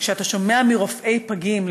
וכשאתה שומע מרופאי פגים,